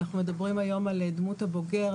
אנחנו מדברים היום על דמות הבוגר,